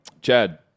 Chad